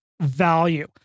value